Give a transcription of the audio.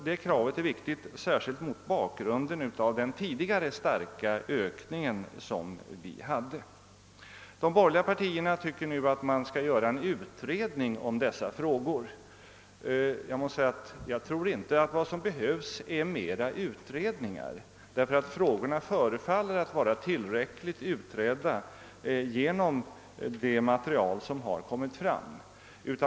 Detta krav är viktigt särskilt mot bakgrunden av den starka ökning som vi tidigare haft. De borgerliga partierna menar nu att man skall göra en utredning om dessa frågor. Jag tror inte att vad som behövs är flera utredningar, ty frågorna förefaller att vara tillräckligt utredda genom det material som har lagts fram.